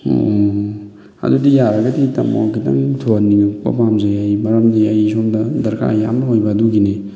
ꯑꯣ ꯑꯗꯨꯗꯤ ꯌꯥꯔꯒꯗꯤ ꯇꯥꯃꯣ ꯈꯤꯇꯪ ꯊꯨꯍꯟꯅꯤꯡꯉꯛꯄ ꯄꯥꯝꯖꯩ ꯑꯩ ꯃꯔꯝꯗꯤ ꯑꯩ ꯁꯣꯝꯗ ꯗꯔꯀꯥꯔ ꯌꯥꯝꯅ ꯑꯣꯏꯕ ꯑꯗꯨꯒꯤꯅꯤ